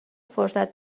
فرصت